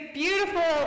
beautiful